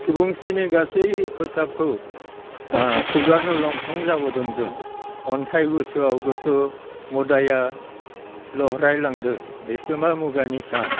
सुबुंस्रिनि गासै खसाबखौ खुगानो लंथं जाबोदों जों अनथाइ गोसोआव गोसो मोदाया लहराय लांदों बेसोमा मुगानि सान